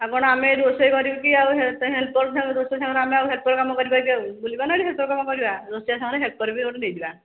ଆଉ କ'ଣ ଆମେ ରୋଷେଇ କରିକି ଆଉ ହେ ହେଲ୍ପର ସାଙ୍ଗ ରୋଷେଇ ସାଙ୍ଗରେ ଆମେ ଆଉ ହେଲ୍ପର କାମ କରିବା କି ଆଉ ବୁଲିବା ନା ଏଠି ହେଲ୍ପର କାମ କରିବା ରୋଷେଇଆ ସାଙ୍ଗରେ ହେଲ୍ପର ବି ଗୋଟେ ନେଇଯିବା